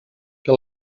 que